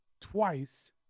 twice